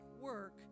work